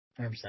100%